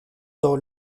dans